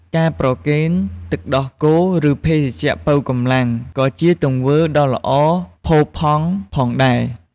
ការប្រគេនទឹកដោះគោ ឬភេសជ្ជៈប៉ូវកម្លាំង ក៏ជាទង្វើដ៏ល្អផូរផង់ផងដែរ។